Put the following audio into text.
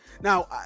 Now